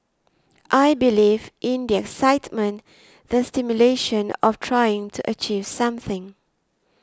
I believe in the excitement the stimulation of trying to achieve something